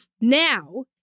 Now